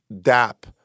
dap